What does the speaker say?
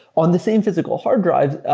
on the same physical hard drive,